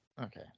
Okay